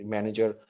Manager